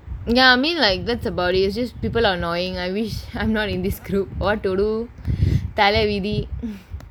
I mean like thats about it it's just people are annoying I wish I'm not in this group what to do தல விதி:thala vithi